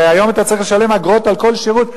הרי היום אתה צריך לשלם אגרות על כל שירות.